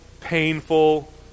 painful